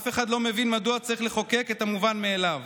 אף אחד לא מבין מדוע צריך לחוקק את המובן מאליו,